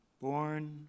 born